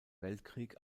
weltkrieg